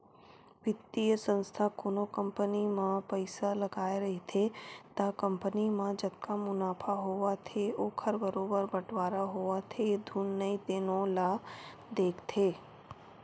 बित्तीय संस्था कोनो कंपनी म पइसा लगाए रहिथे त कंपनी म जतका मुनाफा होवत हे ओखर बरोबर बटवारा होवत हे धुन नइ तेनो ल देखथे